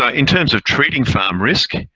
ah in terms of treating farm risk,